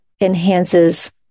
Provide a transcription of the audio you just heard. enhances